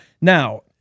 now